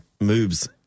moves